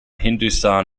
hindustan